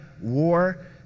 war